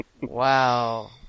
Wow